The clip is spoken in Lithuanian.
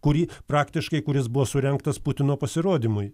kurį praktiškai kuris buvo surengtas putino pasirodymui